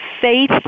faith